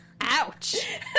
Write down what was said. Ouch